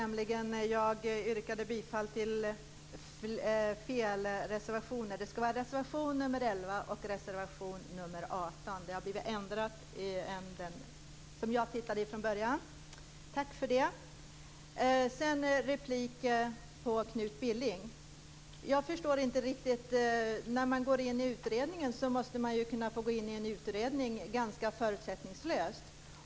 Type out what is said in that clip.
Herr talman! Jag måste först be att få rätta mitt tidigare yrkande. Jag yrkade bifall till fel reservationer. Sedan var det Knut Billings replik. Man måste får göra en utredning förutsättningslöst.